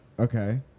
Okay